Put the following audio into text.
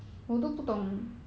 !huh!